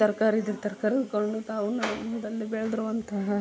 ತರಕಾರಿ ಇದ್ರೆ ತರಕಾರಿ ಉರ್ಕೊಂಡು ಅವನ್ನ ಹೊಲದಲ್ಲಿ ಬೆಳೆದಿರುವಂತಹ